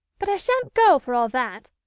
but i shan't go, for all that.